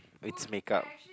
it's makeup